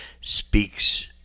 speaks